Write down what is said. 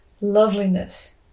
loveliness